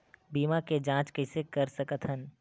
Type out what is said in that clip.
बीमा के जांच कइसे कर सकत हन?